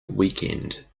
weekend